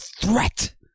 threat